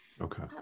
Okay